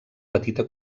petita